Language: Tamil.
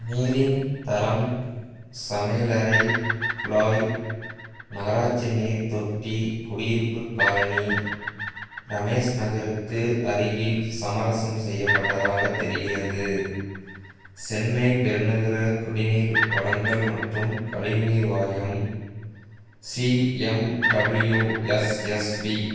நீரின் தரம் சமையலறை குழாய் நகராட்சி நீர்த்தொட்டி குடியிருப்புக் காலனி ரமேஷ் நகருக்கு அருகில் சமரசம் செய்யப்பட்டதாகத் தெரிகிறது சென்னை பெருநகர குடிநீர் வழங்கல் மற்றும் கழிவுநீர் வாரியம் சிஎம்டபிள்யூஎஸ்எஸ்பி